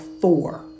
four